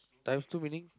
times two meaning